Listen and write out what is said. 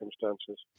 circumstances